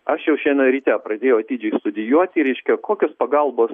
aš jau šiandien ryte pradėjau atidžiai studijuoti reiškia kokios pagalbos